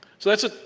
so that's it,